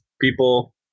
people